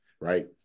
right